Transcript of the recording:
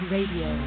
Radio